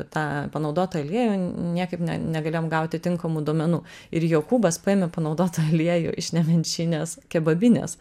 tą panaudotą aliejų niekaip ne negalėjom gauti tinkamų duomenų ir jokūbas paėmė panaudotą aliejų iš nemenčinės kebabinės